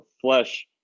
flesh